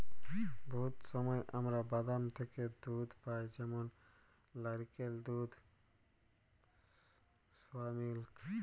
বহুত সময় আমরা বাদাম থ্যাকে দুহুদ পাই যেমল লাইরকেলের দুহুদ, সয়ামিলিক